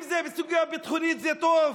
אם זה סוגיה ביטחונית זה טוב?